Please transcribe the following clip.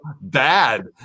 bad